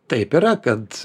taip yra kad